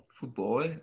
Football